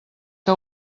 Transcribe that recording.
que